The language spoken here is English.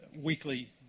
weekly